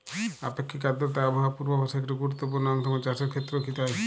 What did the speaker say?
আপেক্ষিক আর্দ্রতা আবহাওয়া পূর্বভাসে একটি গুরুত্বপূর্ণ অংশ এবং চাষের ক্ষেত্রেও কি তাই?